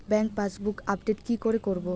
Bank passbook update কি করে করবো?